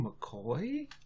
McCoy